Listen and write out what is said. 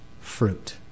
fruit